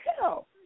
hell